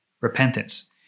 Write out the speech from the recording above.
repentance